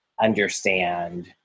understand